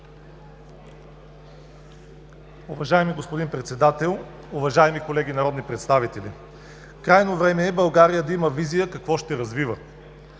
Уважаеми господин Председател, уважаеми колеги народни представители! Крайно време е България да има визия какво ще развива.